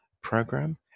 program